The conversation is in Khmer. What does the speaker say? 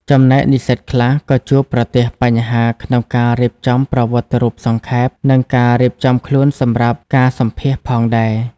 ចំណែកនិស្សិតខ្លះក៏ជួបប្រទះបញ្ហាក្នុងការរៀបចំប្រវត្តិរូបសង្ខេប និងការរៀបចំខ្លួនសម្រាប់ការសម្ភាសន៍ផងដែរ។